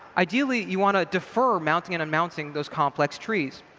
ideally, you want to defer mounting and unmounting those complex trees.